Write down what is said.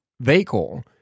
vehicle